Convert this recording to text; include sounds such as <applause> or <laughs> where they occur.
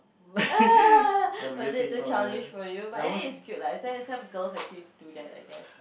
<laughs> was it too childish for you but it is cute lah that's why some girls actually do that I guess